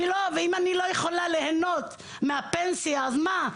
ואם אני לא יכולה להנות משנות הפנסיה שלי אז מה נותר?